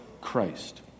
Christ